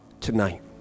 tonight